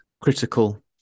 critical